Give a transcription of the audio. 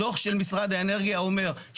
הדוח של משרד האנרגיה אומר,